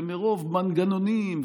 ומרוב מנגנונים,